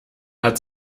hat